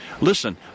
Listen